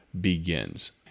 begins